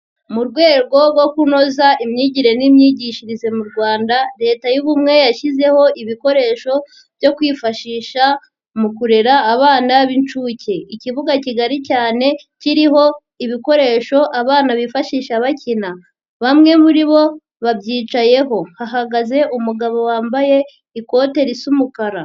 Mu rwego rwo kunoza imyigire n'imyigishirize mu Rwanda leta y'ubumwe yashyizeho ibikoresho byo kwifashisha mu kurera abana b'incuke, ikibuga kigari cyane kiriho ibikoresho abana bifashisha bakina, bamwe muri bo babyicayeho, hahagaze umugabo wambaye ikote risa umukara.